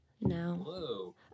No